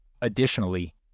Additionally